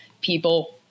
people